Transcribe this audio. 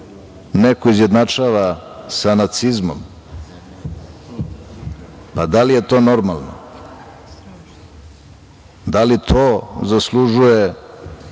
neko izjednačava sa nacizmom. Pa da li je to normalno? Da li to zaslužuje